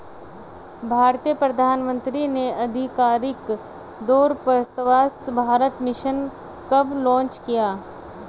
भारतीय प्रधानमंत्री ने आधिकारिक तौर पर स्वच्छ भारत मिशन कब लॉन्च किया?